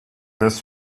this